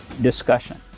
discussion